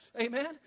Amen